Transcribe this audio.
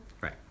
Right